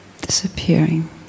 disappearing